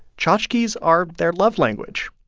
tchotchkes are their love language.